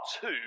two